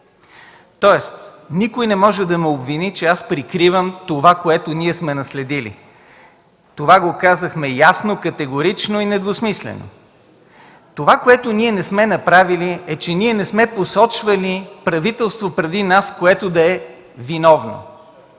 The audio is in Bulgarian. Тоест, никой не може да ме обвини, че аз прикривам това, което ние сме наследили. Това го казахме ясно, категорично и недвусмислено. Това, което ние не сме направили, е, че не сме посочвали правителство преди нас, което да е виновно.